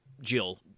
Jill